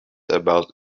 about